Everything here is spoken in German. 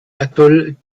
atoll